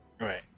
Right